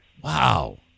Wow